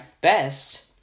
best